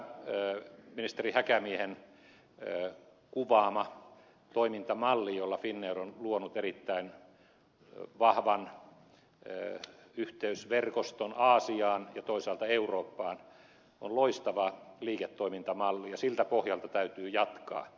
tämä ministeri häkämiehen kuvaama toimintamalli jolla finnair on luonut erittäin vahvan yhteysverkoston aasiaan ja toisaalta eurooppaan on loistava liiketoimintamalli ja siltä pohjalta täytyy jatkaa